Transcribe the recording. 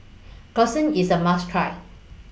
Gyudon IS A must Try